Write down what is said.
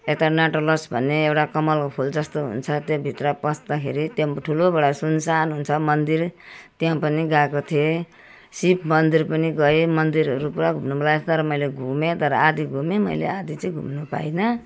यता नाटोलस भन्ने एउटा कमलको फुल जस्तो हुन्छ त्यो भित्र पस्दाखेरि त्यहाँ ठुलोबाट सुनसान हुन्छ मन्दिर त्यहाँ पनि गएको थिएँ शिव मन्दिर पनि गएँ मन्दिरहरू पुरा घुम्नु मन लागेको छ तर मैले घुमे आधी चाहिँ घुमे मैले आधी चाहिँ घुम्नु पाइनँ